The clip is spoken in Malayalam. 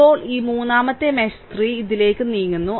ഇപ്പോൾ ഈ മൂന്നാമത്തെ മെഷ് 3 ഇതിലേക്ക് നീങ്ങുന്നു